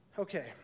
Okay